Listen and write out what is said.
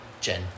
Jen